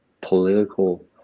political